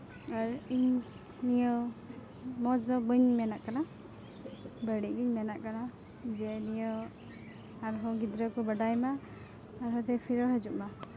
ᱟᱨ ᱤᱧ ᱱᱤᱭᱟᱹ ᱢᱚᱡᱽ ᱫᱚ ᱵᱟᱟᱹᱧ ᱢᱮᱱᱟᱜ ᱠᱟᱱᱟ ᱵᱟᱹᱲᱤᱡ ᱜᱤᱧ ᱢᱮᱱᱟᱜ ᱠᱟᱱᱟ ᱡᱮ ᱱᱤᱭᱟᱹ ᱟᱨᱦᱚᱸ ᱜᱤᱫᱽᱨᱟᱹ ᱠᱚ ᱵᱟᱰᱟᱭ ᱢᱟ ᱦᱤᱡᱩᱜ ᱢᱟ